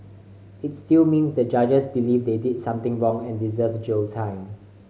it's still means the judges believe they did something wrong and deserve a jail time